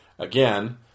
Again